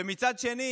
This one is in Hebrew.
ומצד שני